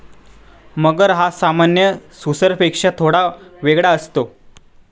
मगर हा सामान्य सुसरपेक्षा थोडा वेगळा असतो